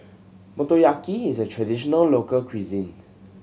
motoyaki is a traditional local cuisine